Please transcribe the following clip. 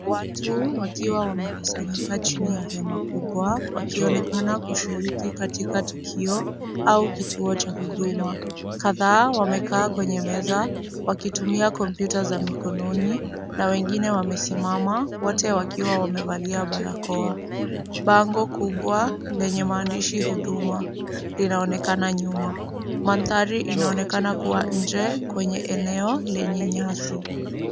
Watu wakiwa wameshirika chini ya hema kubwa wakionekana kushiriki katika tukio au kituo cha huduma. Kadhaa wamekaa kwenye meza wakitumia kompyuta za mikononi na wengine wamesimama, wote wakiwa wamevalia barakoa. Pango kubwa lenye maandishi 'Huduma' linaonekana nyuma. Mandhari inaonekana kuwa nje kwenye eneo la nyasi.